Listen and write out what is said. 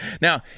Now